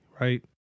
right